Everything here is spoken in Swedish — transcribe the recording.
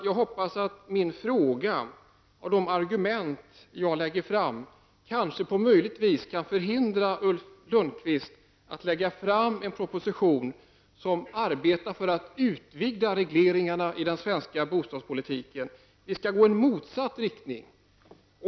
Jag hoppas att min fråga och de argument som jag har framfört möjligtvis kan förhindra Ulf Lönnqvist att lägga fram en proposition, som innebär en utvidgning av regleringarna i den svenska bostadspolitiken. Vi skall gå i en motsatt riktning.